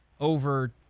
over